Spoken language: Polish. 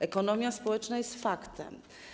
Ekonomia społeczna jest faktem.